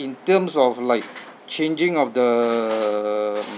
in terms of like changing of the